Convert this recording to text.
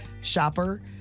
shopper